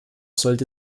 sollte